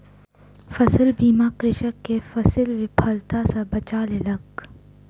फसील बीमा कृषक के फसील विफलता सॅ बचा लेलक